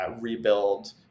rebuild